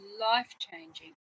life-changing